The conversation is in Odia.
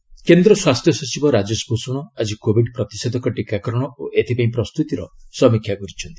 କୋବିଡ୍ ରିଭ୍ୟୁ କେନ୍ଦ୍ର ସ୍ୱାସ୍ଥ୍ୟ ସଚିବ ରାଜେଶ ଭୂଷଣ ଆଜି କୋବିଡ୍ ପ୍ରତିଷେଧକ ଟିକାକରଣ ଓ ଏଥିପାଇଁ ପ୍ରସ୍ତୁତିର ସମୀକ୍ଷା କରିଛନ୍ତି